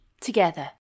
together